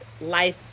life